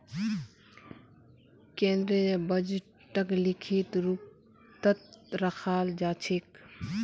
केन्द्रीय बजटक लिखित रूपतत रखाल जा छेक